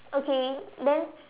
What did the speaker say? okay then